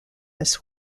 this